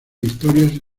historias